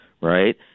right